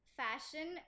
fashion